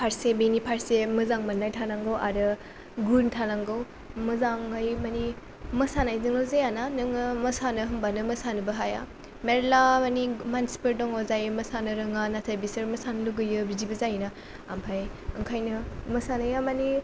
फारसे बेनि फारसे मोजां मोननाय थानांगौ आरो गुन थानांगौ मोजाङै माने मोसानायजोंल' जायाना नोङो मोसानो होनबानो मोसानोबो हाया मेरला मानि मानसिफोर दङ जाय मोसानो रोङा नाथाय बिसोर मोसानो लुगैयो बिदिबो जायोना ओमफ्राय ओंखायनो मोसानाया माने